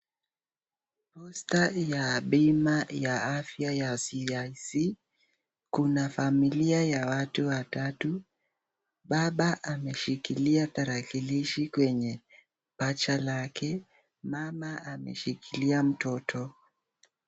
Poster ya bima ya afya ya CIC.Kuna familia ya watu watatu. Baba ameshikilia tarakilishi kwenye paja lake. Mama ameshikilia mtoto.